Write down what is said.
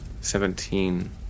Seventeen